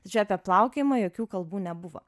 tačiau apie plaukiojimą jokių kalbų nebuvo